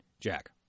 Jack